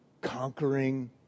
Conquering